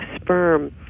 sperm